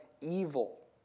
evil